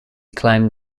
claimed